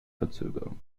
verzögerungen